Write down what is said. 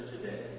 today